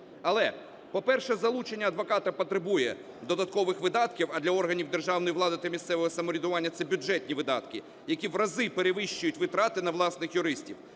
Але, по-перше, залучення адвоката потребує додаткових видатків, а для органів державної влади та місцевого самоврядування це бюджетні видатки, які в рази перевищують витрати на власних юристів.